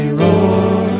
roar